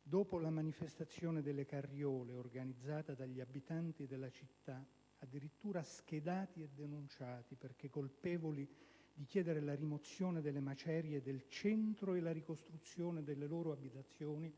dopo la manifestazione delle carriole organizzata dagli abitanti della città, addirittura schedati e denunciati perché colpevoli di chiedere la rimozione delle macerie del centro e la ricostruzione delle loro abitazioni,